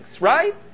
right